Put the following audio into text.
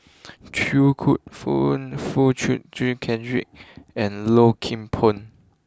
Choo Foo Chee Cedric and Low Kim Pong